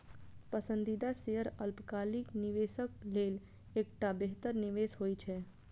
पसंदीदा शेयर अल्पकालिक निवेशक लेल एकटा बेहतर निवेश होइ छै